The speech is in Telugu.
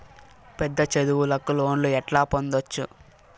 పెద్ద చదువులకు లోను ఎట్లా పొందొచ్చు